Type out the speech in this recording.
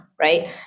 right